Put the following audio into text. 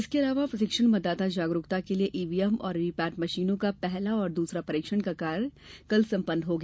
इसके अलावा प्रशिक्षण मतदाता जागरूकता के लिए ईवीएम और वीवीपैट मशीनों का पहला और दूसरा परीक्षण का कार्य कल संपन्न हुआ